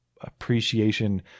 appreciation